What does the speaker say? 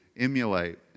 emulate